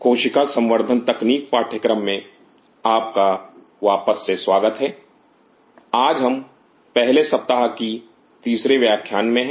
कोशिका संवर्धन तकनीक पाठ्यक्रम में आपका वापस से स्वागत है आज हम पहले सप्ताह के तीसरे व्याख्यान में हैं